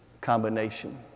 combination